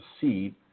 seed